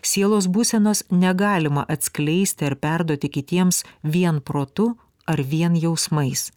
sielos būsenos negalima atskleisti ar perduoti kitiems vien protu ar vien jausmais